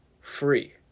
free